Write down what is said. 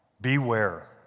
Beware